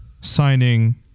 signing